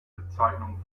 bezeichnungen